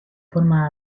forma